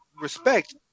respect